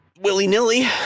willy-nilly